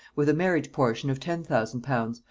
with a marriage-portion of ten thousand pounds,